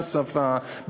בשפה,